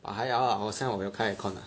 but 还好现在我有开 aircon lah